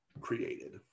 Created